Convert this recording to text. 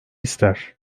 ister